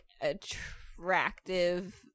attractive